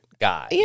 guy